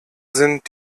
sind